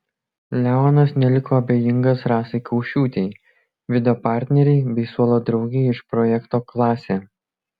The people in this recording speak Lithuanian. leonas neliko abejingas rasai kaušiūtei vido partnerei bei suolo draugei iš projekto klasė